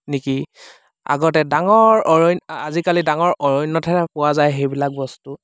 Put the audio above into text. নেকি আগতে ডাঙৰ অৰণ্য আজিকালি ডাঙৰ অৰণ্যতহে পোৱা যায় সেইবিলাক বস্তু